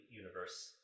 universe